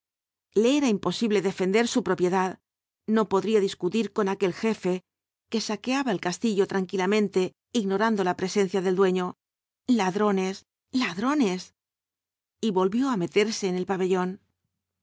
le era imposible defender su propiedad no podía discutir con aquel jefe que saqueaba el castillo tranqui v blasco ibáñbz lamente ignorando la presencia del dueño ladrones ladrones y volvió á meterse en el pabellón